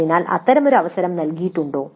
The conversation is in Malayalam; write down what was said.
അതിനാൽ അത്തരമൊരു അവസരം നൽകിയിട്ടുണ്ടോ